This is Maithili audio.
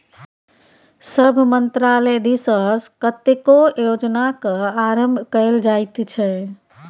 सभ मन्त्रालय दिससँ कतेको योजनाक आरम्भ कएल जाइत छै